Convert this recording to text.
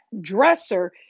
dresser